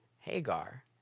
Hagar